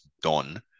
done